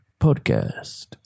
Podcast